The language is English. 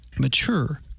mature